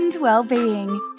well-being